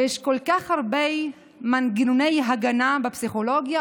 ויש כל כך הרבה מנגנוני הגנה בפסיכולוגיה.